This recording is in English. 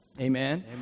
Amen